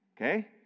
Okay